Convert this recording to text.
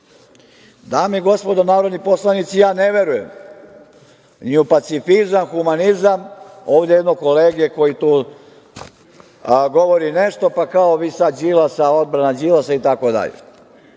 njim. Dame i gospodo narodni poslanici, ja ne verujem ni u pacifizam, humanizam, ovde od jednog kolege, koji tu govori nešto, pa kao, vi sad Đilasa, odbrana Đilasa i tako dalje.